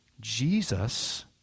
Jesus